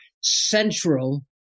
central